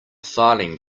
filing